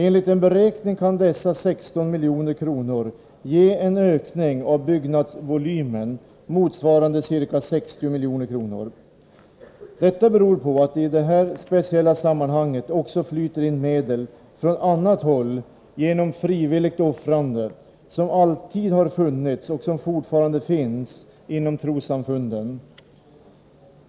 Enligt en beräkning kan dessa 16 milj.kr. ge en ökning av byggnadsvolymen motsvarande ca 60 milj.kr., beroende på att det i detta speciella sammanhang också flyter in medel från annat håll genom frivilligt offrande, som alltid har funnits och som fortfarande finns inom trossamfunden.